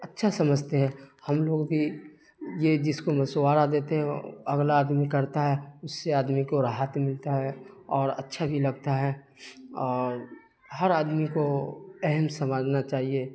اچھا سمجھتے ہیں ہم لوگ بھی یہ جس کو مشورہ دیتے ہیں اگلا آدمی کرتا ہے اس سے آدمی کو راحت ملتا ہے اور اچھا بھی لگتا ہے اور ہر آدمی کو اہم سمجھنا چاہیے